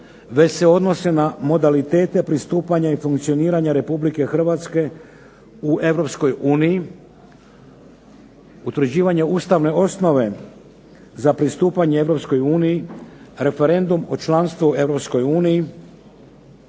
već se odnose na modalitete pristupanja i funkcioniranja RH u EU, utvrđivanja ustavne osnove za pristupanje EU, referendum o članstvu u EU,